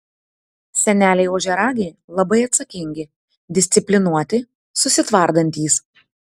seneliai ožiaragiai labai atsakingi disciplinuoti susitvardantys